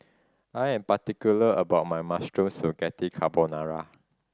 I'm particular about my Mushroom Spaghetti Carbonara